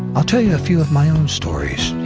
i'll tell you a few of my own stories.